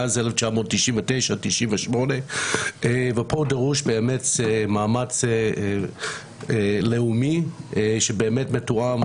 מאז 1998-1999. דרוש פה מאמץ לאומי ומתואם.